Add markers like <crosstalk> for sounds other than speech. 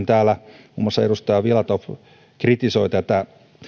<unintelligible> täällä muun muassa edustaja filatov kritisoi tätä